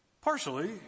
Partially